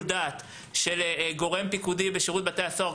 דעת של גורם פיקודי בשירות בתי הסוהר,